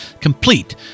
complete